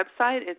website